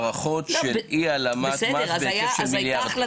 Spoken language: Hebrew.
הערכות של אי העלמת מס בהיקף של מיליארד.